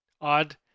odd